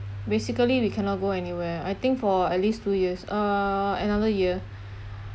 basically we cannot go anywhere I think for at least two years uh another year